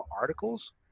articles